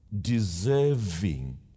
deserving